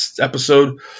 episode